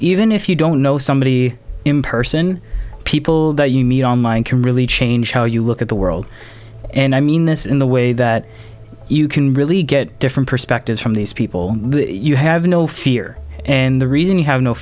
even if you don't know somebody in person people that you meet online can really change how you look at the world and i mean this in the way that you can really get different perspectives from these people you have no fear and the reason you have no